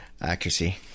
Accuracy